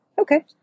Okay